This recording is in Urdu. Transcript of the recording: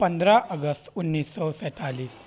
پندرہ اگست انیس سو سینتالیس